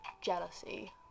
jealousy